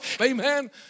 amen